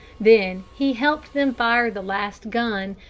then he helped them fire the last gun,